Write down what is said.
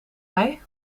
mij